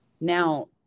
Now